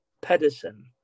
Pedersen